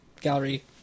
gallery